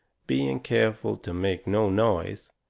being careful to make no noise,